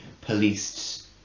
policed